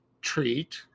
treat